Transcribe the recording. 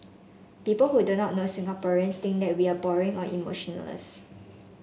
people who do not know Singaporeans think that we are boring or emotionless